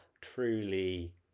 truly